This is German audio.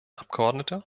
abgeordnete